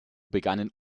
begannen